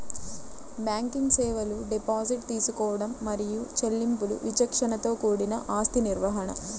banking సేవలు deposit తీసుకోవడం మరియు చెల్లింపులు విచక్షణతో కూడిన ఆస్తి నిర్వహణ,